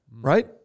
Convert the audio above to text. Right